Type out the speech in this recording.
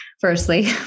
firstly